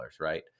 right